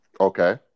Okay